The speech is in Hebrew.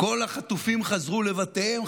כל החטופים חזרו לבתיהם?